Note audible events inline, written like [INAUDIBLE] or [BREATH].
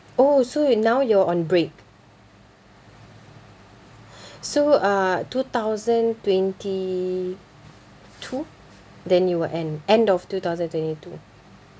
oh so now you're on break [BREATH] so uh two thousand twenty-two then you will end end of two thousand twenty-two